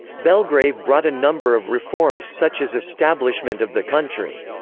belgrave brought a number of reforms such as establishment of the country's